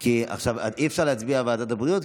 כי עכשיו אי-אפשר להצביע בוועדת הבריאות,